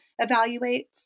evaluates